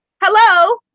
Hello